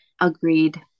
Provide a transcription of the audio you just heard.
Agreed